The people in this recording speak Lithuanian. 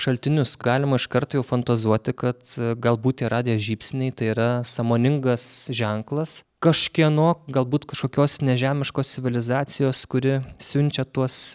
šaltinius galima iškart jau fantazuoti kad galbūt tie radijo žybsniai tai yra sąmoningas ženklas kažkieno galbūt kažkokios nežemiškos civilizacijos kuri siunčia tuos